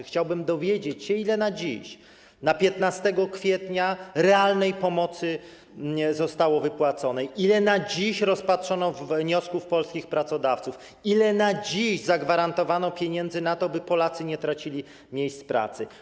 Chciałbym dowiedzieć się, ile na dziś, na 15 kwietnia, realnej pomocy zostało wypłaconej, ile na dziś rozpatrzono wniosków polskich pracodawców, ile na dziś zagwarantowano pieniędzy na to, by Polacy nie tracili miejsc pracy.